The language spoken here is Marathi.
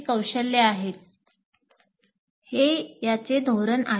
कौशल्ये आहेत हे याचे धोरण आहे